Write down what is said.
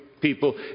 people